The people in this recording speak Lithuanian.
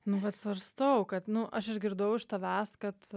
nu vat svarstau kad nu aš išgirdau iš tavęs kad